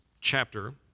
chapter